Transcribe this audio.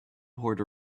poured